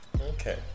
Okay